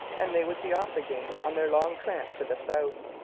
and they would be off again on their long tramp to the south.